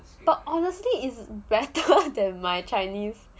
but honestly is better than my chinese